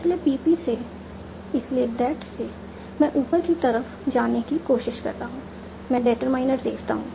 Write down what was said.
इसलिए PP से इसलिए दैट से मैं ऊपर की तरफ जाने की कोशिश करता हूं मैं डिटरमाइनर देखता हूं